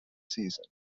season